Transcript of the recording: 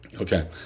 Okay